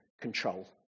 control